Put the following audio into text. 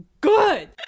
good